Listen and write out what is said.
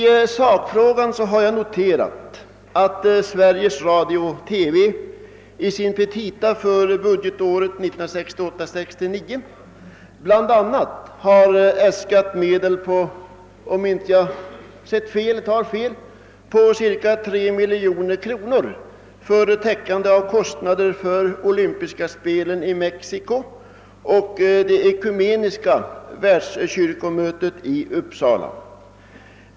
I sakfrågan har jag noterat att Sveriges Radio-TV i sina petita för budgetåret 1968/69 bl.a. äskat medel på — om jag inte sett alldeles fel — 3 miljoner kronor för täckande av kostnader för olympiska spelen i Mexiko och det ekumeniska världskyrkomötet i Uppsala.